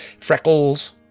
freckles